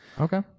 Okay